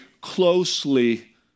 closely